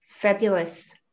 fabulous